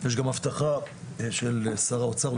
יש גם הבטחה של שר האוצר,